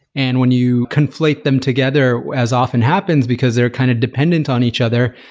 and when you conflate them together as often happens, because they're kind of dependent on each other,